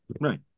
right